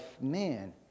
man